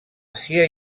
àsia